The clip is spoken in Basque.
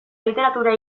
literatura